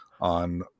on